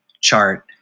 chart